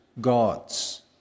gods